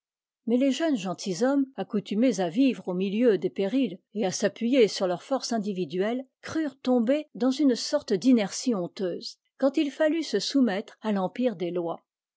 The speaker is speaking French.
mais les jeunes gentilshommes accoutumés à vivre au milieu des périls et à s'appuyer sur leur force individuelle crurent tomber dans une sorte d'inertie honteuse quand il fallut se soumettre à l'empire des lois